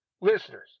listeners